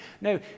No